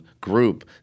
group